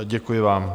Děkuji vám.